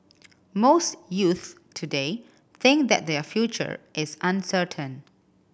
most youths today think that their future is uncertain